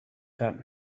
that